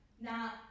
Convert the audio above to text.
Now